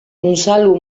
unzalu